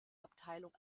abteilung